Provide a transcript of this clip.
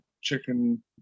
chicken